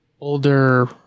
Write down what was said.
older